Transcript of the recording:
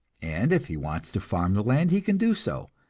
and if he wants to farm the land, he can do so,